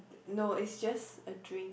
no is just a drink